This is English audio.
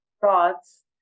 thoughts